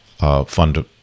Fund